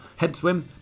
Headswim